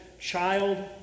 child